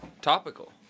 topical